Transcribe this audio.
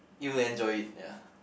you'll enjoyed it ya